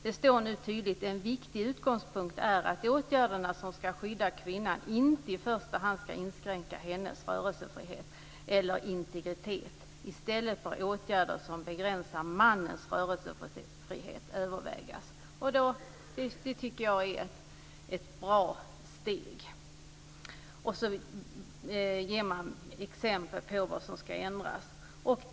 Där står tydligt att en viktig utgångspunkt är att åtgärderna som ska skydda kvinnan inte i första hand ska inskränka hennes rörelsefrihet eller integritet. I stället bör åtgärder som begränsar mannens rörelsefrihet övervägas. Det tycker jag är ett bra steg. Man ger exempel på vad som behöver ändras.